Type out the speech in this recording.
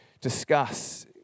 discuss